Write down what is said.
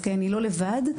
היא לא לבד,